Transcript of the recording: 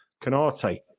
Canate